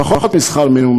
פחות משכר מינימום.